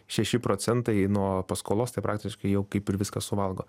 šeši procentai nuo paskolos tai praktiškai jau kaip ir viską suvalgo